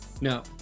no